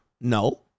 No